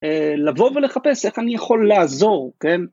לבוא ולחפש איך אני יכול לעזור, כן?